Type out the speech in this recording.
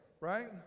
right